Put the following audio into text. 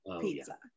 pizza